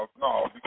no